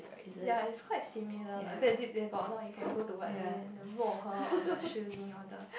ya it's quite similar lah they they got a lot you can go to whatever the Ruohe or the Shilin or the